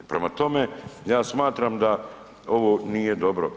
Prema tome, ja smatram da ovo nije dobro.